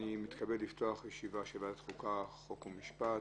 אני מתכבד לפתוח ישיבה של ועדת החוקה, חוק ומשפט.